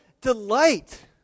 delight